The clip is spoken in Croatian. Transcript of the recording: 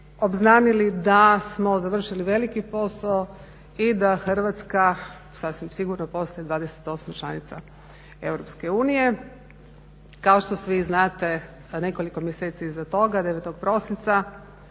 obznanili da smo završili veliki posao i da Hrvatska sasvim sigurno postaje 28 članica Europske unije. Kao što svi znate, a nekoliko mjeseci iza toga, 9. prosinca